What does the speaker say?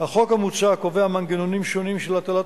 בבקשה, אדוני.